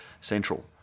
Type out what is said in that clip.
central